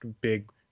big